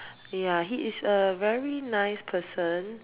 ya he is a very nice person